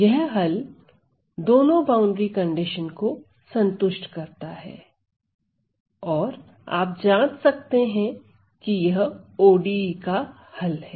यह हल दोनों बाउंड्री कंडीशन को संतुष्ट करता है और आप जांच सकते हैं कि यह ODE का हल है